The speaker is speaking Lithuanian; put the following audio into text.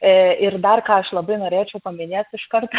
ir dar ką aš labai norėčiau paminėt iškart